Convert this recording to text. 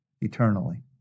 eternally